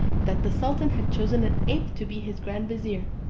that the sultan had chosen an ape to be his grand vizier,